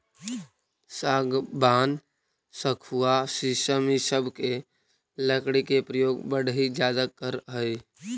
सागवान, सखुआ शीशम इ सब के लकड़ी के प्रयोग बढ़ई ज्यादा करऽ हई